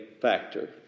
factor